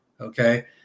Okay